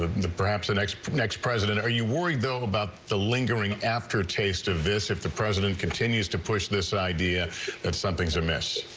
the the perhaps the next next president are you worried though about the lingering aftertaste of this if the president continues to push this idea that something's amiss.